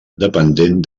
dependent